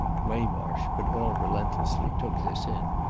waymarsh but all relentlessly took this in.